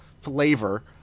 flavor